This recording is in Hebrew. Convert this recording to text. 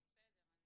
זה בסדר.